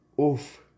Oof